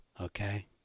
Okay